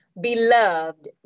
Beloved